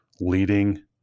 leading